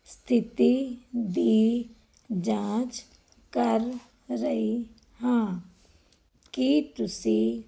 ਸਥਿਤੀ ਦੀ ਜਾਂਚ ਕਰ ਰਹੀ ਹਾਂ ਕੀ ਤੁਸੀਂ